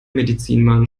medizinmann